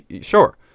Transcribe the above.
Sure